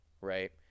right